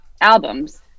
albums